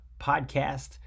Podcast